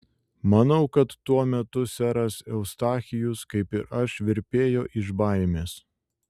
manau kad tuo metu seras eustachijus kaip ir aš virpėjo iš baimės